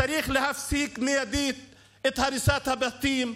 צריך להפסיק מיידית את הריסת הבתים.